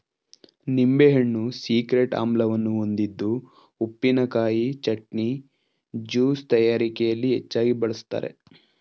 ನಿಂಬೆಹಣ್ಣು ಸಿಟ್ರಿಕ್ ಆಮ್ಲವನ್ನು ಹೊಂದಿದ್ದು ಉಪ್ಪಿನಕಾಯಿ, ಚಟ್ನಿ, ಜ್ಯೂಸ್ ತಯಾರಿಕೆಯಲ್ಲಿ ಹೆಚ್ಚಾಗಿ ಬಳ್ಸತ್ತರೆ